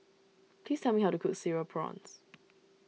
please tell me how to cook Cereal Prawns